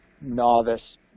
novice